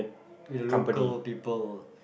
with local people